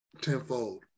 tenfold